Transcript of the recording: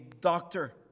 doctor